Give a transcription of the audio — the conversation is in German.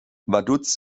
vaduz